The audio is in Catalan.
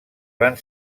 van